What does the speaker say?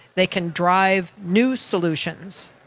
they can drive new solutions,